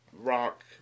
rock